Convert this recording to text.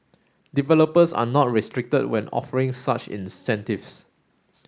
developers are not restricted when offering such incentives